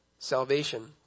Salvation